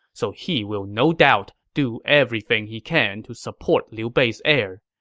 so he will no doubt do everything he can to support liu bei's heir.